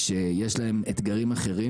שיש להם אתגרים אחרים,